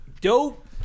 Dope